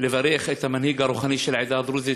לברך את המנהיג הרוחני של העדה הדרוזית,